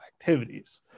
activities